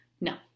No